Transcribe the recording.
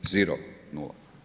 Ziro, nula.